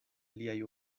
liaj